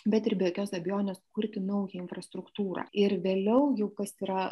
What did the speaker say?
bet ir be jokios abejonės kurti naują infrastruktūrą ir vėliau jau kas yra